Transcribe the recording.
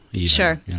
Sure